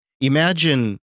Imagine